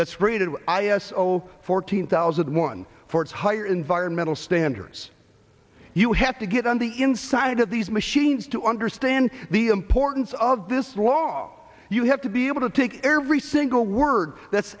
that's rated i s o fourteen thousand and one for its higher environmental standards you have to get on the inside of these machines to understand the importance of this law you have to be able to take every single word that's